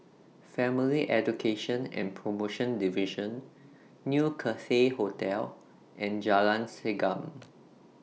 Family Education and promotion Division New Cathay Hotel and Jalan Segam